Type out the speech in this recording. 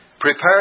Prepare